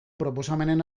proposamenen